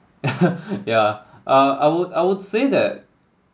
yeah uh I would I would say that